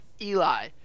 Eli